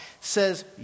says